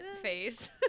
face